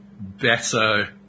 better